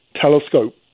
telescope